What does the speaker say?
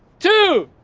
two,